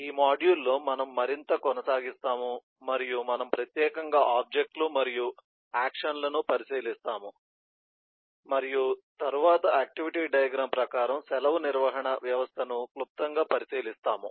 ఈ మాడ్యూల్లో మనము మరింత కొనసాగిస్తాము మరియు మనము ప్రత్యేకంగా ఆబ్జెక్ట్ లు మరియు ఆక్షన్ లను పరిశీలిస్తాము మరియు తరువాత ఆక్టివిటీ డయాగ్రమ్ ప్రకారం సెలవు నిర్వహణ వ్యవస్థను క్లుప్తంగా పరిశీలిస్తాము